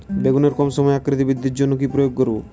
বেগুনের কম সময়ে আকৃতি বৃদ্ধির জন্য কি প্রয়োগ করব?